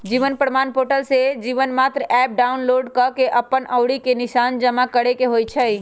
जीवन प्रमाण पोर्टल से Jeevan Pramaan app download कऽ के अप्पन अँउरी के निशान जमा करेके होइ छइ